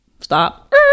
Stop